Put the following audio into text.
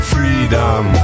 Freedom